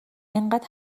اینقد